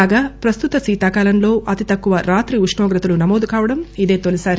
కాగా ప్రస్తుత శీతాకాలంలో అతితక్కువ రాత్రి ఉష్ణోగ్రతలు నమోదు కావడం ఇదే మొదటిసారి